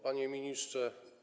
Panie Ministrze!